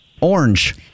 Orange